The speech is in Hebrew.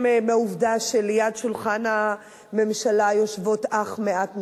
מהעובדה שליד שולחן הממשלה יושבות אך מעט נשים,